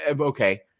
okay